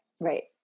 Right